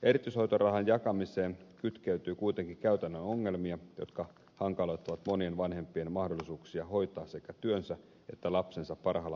erityishoitorahan jakamiseen kytkeytyy kuitenkin käytännön ongelmia jotka hankaloittavat monien vanhempien mahdollisuuksia hoitaa sekä työnsä että lapsensa parhaalla mahdollisella tavalla